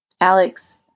Alex